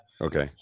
Okay